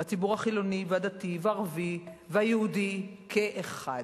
בציבור החילוני והדתי והערבי והיהודי כאחד.